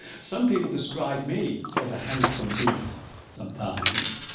some people describe me as a handsome beast sometimes